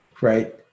right